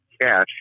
cash